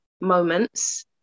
moments